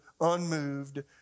unmoved